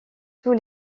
tous